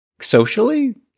socially